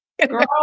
Girl